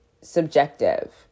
subjective